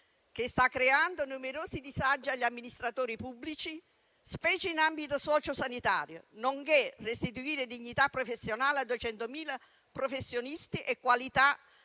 che sta creando numerosi disagi agli amministratori pubblici, specie in ambito socio-sanitario, nonché restituire dignità professionale a 200.000 professionisti e qualità